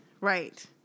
Right